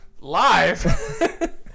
live